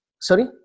Sorry